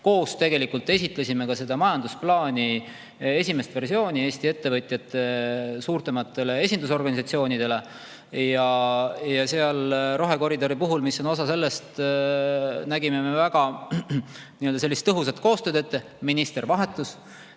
koos esitlesime ka selle majandusplaani esimest versiooni Eesti ettevõtjate suurematele esindusorganisatsioonidele ja rohekoridori puhul, mis on osa sellest, nägime me väga tõhusat koostööd ette. Minister vahetus,